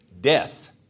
death